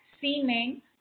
seeming